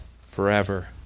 forever